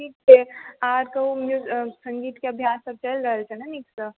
ठीक छै आर कहूँ सङ्गीतके अभ्याससभ चलि रहल छै ने नीकसंँ